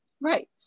Right